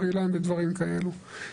בר אילן ודברים כאלה.